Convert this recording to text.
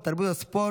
התרבות והספורט,